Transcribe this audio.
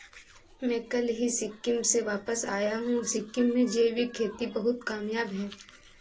मैं कल ही सिक्किम से वापस आया हूं सिक्किम में जैविक खेती बहुत कामयाब है